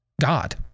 God